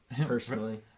personally